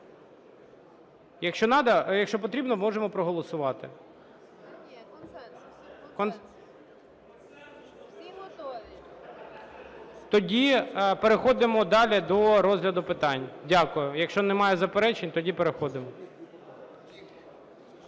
Якщо потрібно, можемо проголосувати. (Шум у залі) Тоді переходимо далі до розгляду питань. Дякую. Якщо немає заперечень, тоді переходимо.